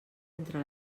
entre